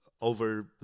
over